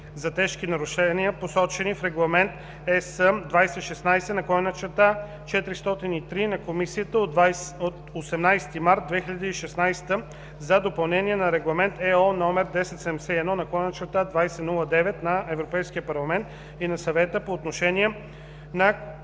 за тежки нарушения, посочени в Регламент (ЕС) 2016/403 на Комисията от 18 март 2016 за допълнение на Регламент (ЕО) № 1071/2009 на Европейския парламент и на Съвета по отношение на